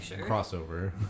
crossover